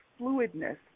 fluidness